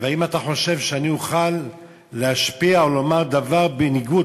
האם אתה חושב שאני אוכל להשפיע או לומר דבר בניגוד,